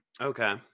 okay